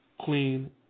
clean